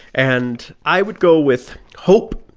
and i would go with hope,